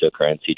cryptocurrency